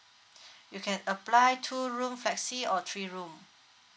you can apply two room flexi or three room